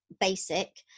basic